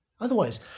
Otherwise